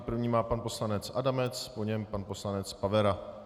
První má pan poslanec Adamec, po něm pan poslanec Pavera.